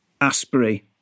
Asprey